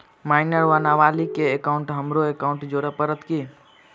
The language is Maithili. माइनर वा नबालिग केँ एकाउंटमे हमरो एकाउन्ट जोड़य पड़त की?